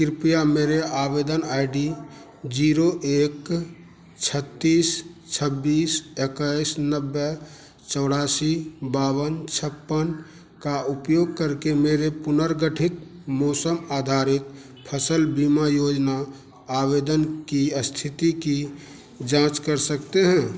कृपया मेरे आवेदन आई डी जीरो एक छत्तीस छब्बीस इक्कीस नब्बे चौरासी बावन छप्पन का उपयोग करके मेरे पुनर्गठित मौसम आधारित फसल बीमा योजना आवेदन की स्थिति की जांच कर सकते हैं